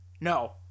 no